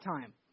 time